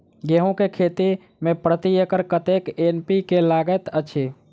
गेंहूँ केँ खेती मे प्रति एकड़ कतेक एन.पी.के लागैत अछि?